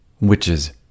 witches